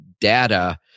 data